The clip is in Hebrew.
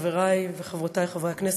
חברי וחברותי חברי הכנסת,